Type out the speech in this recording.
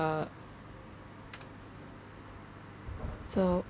uh so